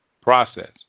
process